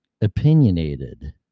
opinionated